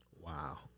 Wow